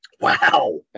Wow